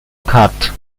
cut